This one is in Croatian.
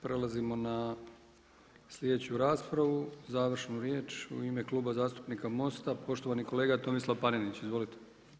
Prelazimo na sljedeću raspravu, završnu riječ u ime Kluba zastupnika MOST-a poštovani kolega Tomislav Panenić, izvolite.